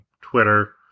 Twitter